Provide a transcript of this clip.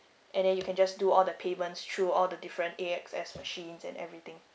and then you can just do all the payments through all the different A_X_S machine and everything